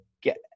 get